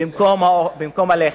במקום לחם?